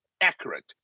accurate